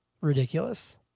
ridiculous